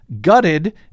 gutted